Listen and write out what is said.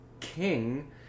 king